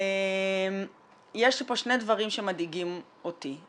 יש פה שני דברים שמדאיגים אותי.